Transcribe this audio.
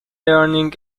learning